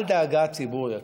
אל דאגה, ציבור יקר,